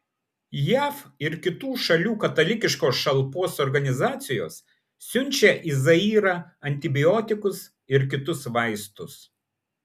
jav ir kitų šalių katalikiškos šalpos organizacijos siunčia į zairą antibiotikus ir kitus vaistus